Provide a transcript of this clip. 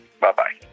Bye-bye